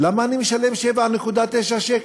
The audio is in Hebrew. למה אני משלם 7.9 שקלים,